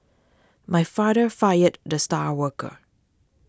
my father fired the star worker